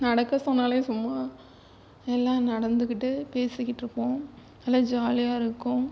நடக்க சொன்னால் சும்மா எல்லாம் நடந்துக்கிட்டு பேசிக்கிட்டு இருப்போம் நல்ல ஜாலியாக இருக்கும்